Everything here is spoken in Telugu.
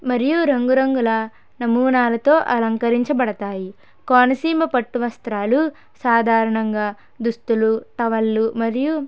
మరియు రంగురంగుల నమూనాలతో అలంకరించబడతాయి కోనసీమ పట్టు వస్త్రాలు సాధారణంగా దుస్తులు టవళ్ళు మరియు